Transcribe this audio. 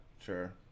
Sure